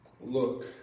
look